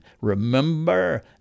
remember